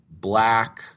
black